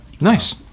Nice